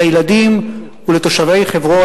לילדים ולתושבי חברון,